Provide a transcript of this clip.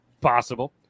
Possible